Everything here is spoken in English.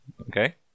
Okay